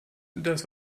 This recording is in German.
das